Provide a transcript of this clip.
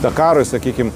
dakarui sakykim